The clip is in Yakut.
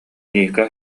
ника